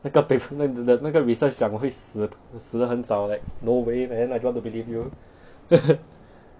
那个 pa~ 那那个 research 讲我会死的死得很早 like no way man I don't want to believe you